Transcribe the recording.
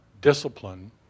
Discipline